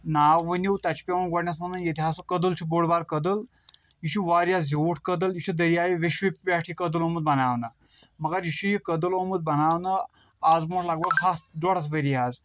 ناو ؤنِو تَتہِ چھُ پیوَن گۄڈٕ نیٚتھ وَنُن ییٚتہِ حظ سُہ کٔدل چھُ بوڈ بارٕ کٔدٕل یہِ چھُ واریاہ زیوٗٹھ کٔدٕل یہِ چھُ دریا وَشوِ پٮ۪ٹھ یہِ کٔدٕل آمُت بَناؤنہٕ مَگر یہِ چھُ یہِ کٔدٕل آمُت بَناؤنہٕ آز برٛونٛہہ لگ بگ ہَتھ ڈۄڈ ہتھ ؤری حظ